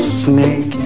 snake